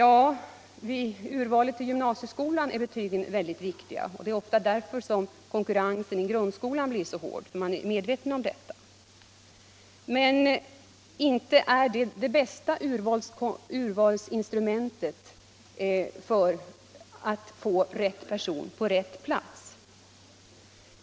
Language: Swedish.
Vid urvalet till gymnasieskolan är betygen viktiga. Det är ofta därför konkurrensen redan i grundskolan blir så hård. Eleverna är medvetna om detta. Men inte är betygen det bästa urvalsinstrumentet för att få rätt person på rätt plats.